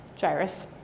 gyrus